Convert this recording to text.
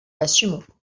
l’assumons